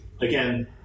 Again